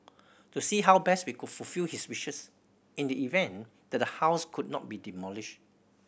to see how best we could fulfil his wishes in the event that the house could not be demolished